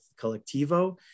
Collectivo